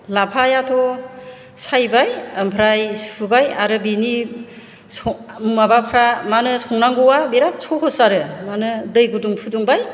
लाफायाथ' सायबाय ओमफ्राय सुबाय आरो बेनि माबाफोरा मानो संनांगौआ बिराद सहस आरो माने दै गुदुं फुदुंबाय